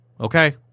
Okay